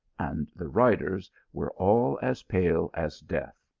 and the riders were all as pale as death.